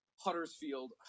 Huddersfield